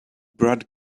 brad